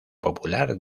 popular